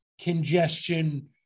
congestion